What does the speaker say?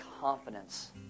confidence